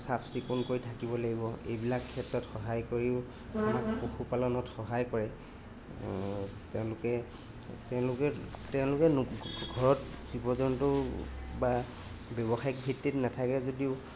চাফ চিকুণকৈ থাকিব লাগিব এইবিলাক ক্ষেত্ৰত সহায় কৰিও পশুপালনত সহায় কৰে তেওঁলোকে তেওঁলোকে তেওঁলোকে ঘৰত জীৱ জন্তু বা ব্যৱসায়িক ভিত্তিত নাথাকে যদিও